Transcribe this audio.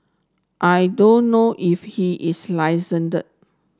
I don't know if he is